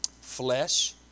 flesh